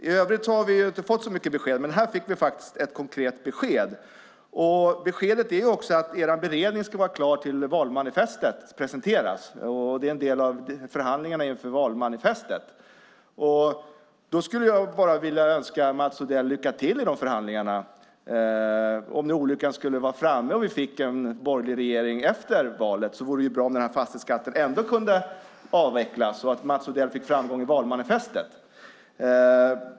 I övrigt har vi inte fått så mycket besked, men här fick vi faktiskt ett konkret besked. Beskedet är också att er beredning ska vara klar tills valmanifestet presenteras, och det är en del av förhandlingarna inför valmanifestet. Då skulle jag bara vilja önska Mats Odell lycka till i de förhandlingarna. Om olyckan skulle vara framme och vi fick en borgerlig regering efter valet vore det bra om den här fastighetsskatten ändå kunde avvecklas och att Mats Odell fick framgång i valmanifestet.